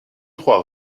trois